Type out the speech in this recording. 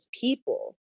people